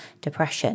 depression